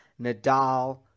Nadal